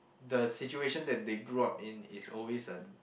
the situation that they grew up in is always a